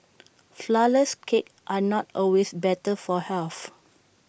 Flourless Cakes are not always better for health